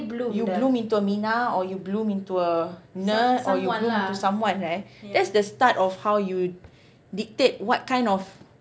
you bloom into a minah or you bloom into a nerd or you bloom into someone right that's the start of how you dictate what kind of